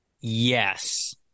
Yes